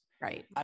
Right